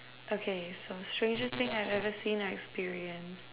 okay so strangest thing I have ever seen or experienced